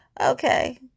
okay